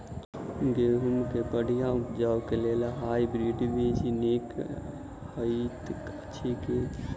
गेंहूँ केँ बढ़िया उपज केँ लेल हाइब्रिड बीज नीक हएत अछि की?